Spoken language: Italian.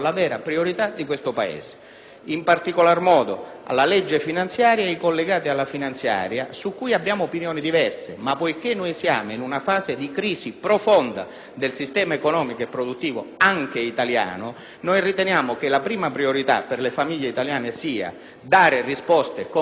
in particolar modo, alla legge finanziaria e ai disegni di legge collegati alla finanziaria, su cui abbiamo opinioni diverse. Ma poiché ci troviamo in una fase di crisi profonda del sistema economico e produttivo anche italiano, riteniamo che la prima priorità per le famiglie italiane sia quella di ottenere da noi risposte concrete, efficaci ed immediate,